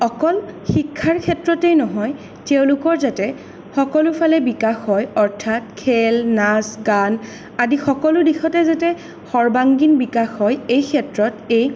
অকল শিক্ষাৰ ক্ষেত্ৰতেই নহয় তেওঁলোকৰ যাতে সকলোফালে বিকাশ হয় অৰ্থাৎ খেল নাচ গান আদি সকলো দিশতে যাতে সৰ্বাংগীণ বিকাশ হয় এই ক্ষেত্ৰত এই